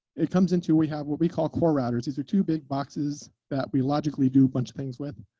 it comes into we have what, we call, core routers. these are two big boxes that we logically do bunch things with.